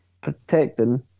protecting